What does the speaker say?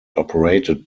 operated